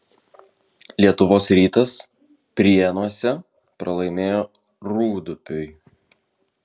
lietuvos rytas prienuose pralaimėjo rūdupiui